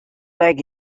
leg